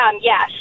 yes